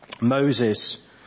Moses